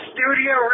Studio